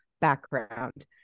background